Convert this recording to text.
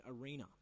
arena